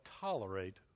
tolerate